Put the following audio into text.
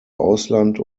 ausland